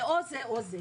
זה או זה או זה.